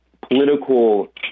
political